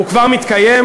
הוא כבר מתקיים.